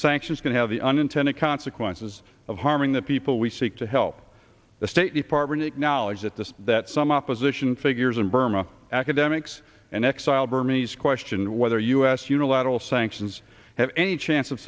sanctions can have the unintended consequences of harming the people we seek to help the state department acknowledged at this that some opposition figures in burma academics and exile burmese question whether u s unilateral sanctions have any chance of